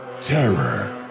Terror